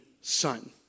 son